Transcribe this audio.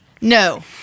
No